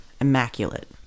Immaculate